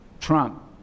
Trump